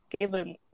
given